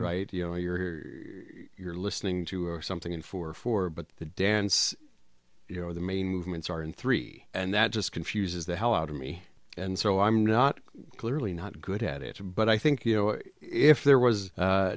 right you know you're here you're listening to or something in four four but the dance you know the main movements are in three and that just confuses the hell out of me and so i'm not clearly not good at it but i think you know if there was